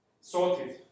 sorted